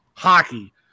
hockey